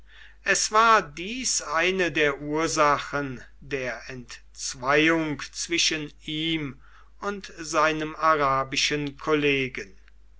es war dies eine der ursachen der entzweiung zwischen ihm und seinem arabischen kollegen